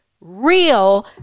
real